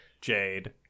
jade